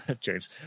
James